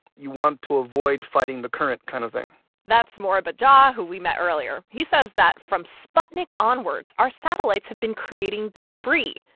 you want to avoid fighting the current kind of thing that's moriba jah, ah who we met earlier. he says that, from sputnik onwards, our satellites have been creating debris,